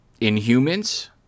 inhumans